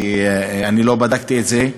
כי אני לא בדקתי את זה.